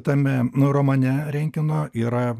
tame nu romane renkeno yra